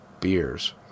beers